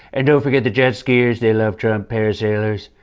and don't forget the jet skiers. they love trump. parasailers.